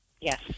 Yes